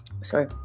sorry